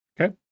Okay